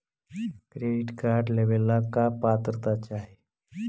Credit card लेवेला का पात्रता चाही?